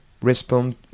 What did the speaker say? respond